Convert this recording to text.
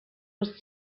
was